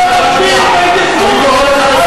קריאת הביניים שלך